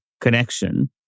connection